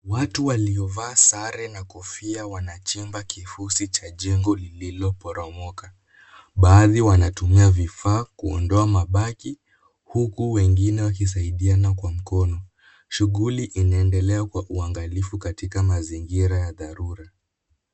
Watu waliovaa sare na kofia wanachimba kifusi cha jengo lililoporomoka. Baadhi wanatumia vifaa kuondoa mabaki huku wengine wakisaidiana kwa mikono. Shughuli inaendelea kwa uangalifu katika mazingira ya dharura.